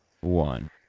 one